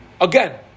again